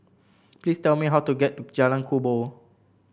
please tell me how to get to Jalan Kubor